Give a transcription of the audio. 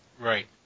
Right